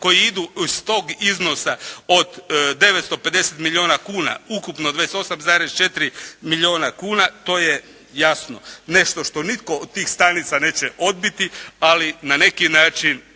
koji idu iz tog iznosa od 950 milijuna kuna, ukupno 28,4 milijuna kuna to je jasno nešto što nitko od tih stanica neće odbiti, ali na neki način